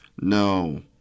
No